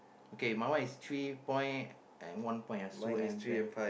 okay my one is three point and one point ah sue M van